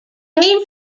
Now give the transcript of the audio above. main